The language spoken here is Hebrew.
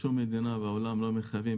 בשום מדינה בעולם לא מחייבים,